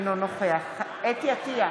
אינו נוכח חוה אתי עטייה,